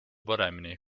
paremini